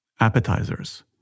appetizers